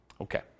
Okay